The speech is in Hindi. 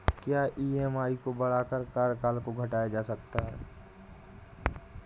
क्या ई.एम.आई को बढ़ाकर कार्यकाल को घटाया जा सकता है?